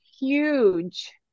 huge